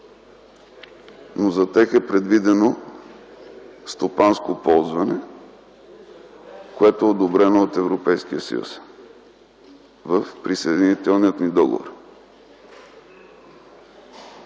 но за тях е предвидено стопанско ползване, което е одобрено от Европейския съюз в присъединителния ни договор.